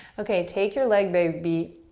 okay, take your leg baby.